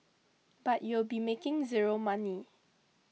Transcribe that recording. but you'll be making zero money